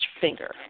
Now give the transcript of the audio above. finger